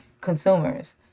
consumers